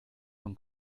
von